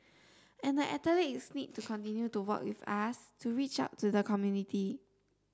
and the athletes need to continue to work with us to reach out to the community